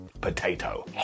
potato